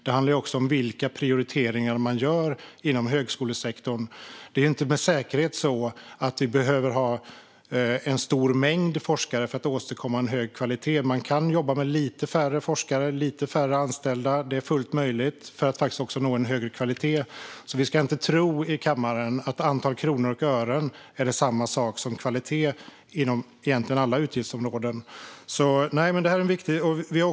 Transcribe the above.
Det handlar också om vilka prioriteringar man gör inom högskolesektorn. Det är inte med säkerhet så att vi behöver ha en stor mängd forskare för att åstadkomma en hög kvalitet. Man kan jobba med lite färre forskare och lite färre anställda men ändå nå en högre kvalitet. Det är fullt möjligt. Vi i kammaren ska inte tro att antalet kronor och ören är samma sak som kvalitet. Det gäller egentligen inom alla utgiftsområden, och det är viktigt.